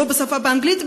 לא בשפה באנגלית,